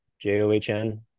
J-O-H-N